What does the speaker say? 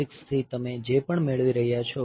6 થી તમે જે પણ મેળવી રહ્યા છો